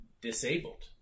disabled